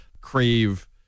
crave